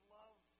love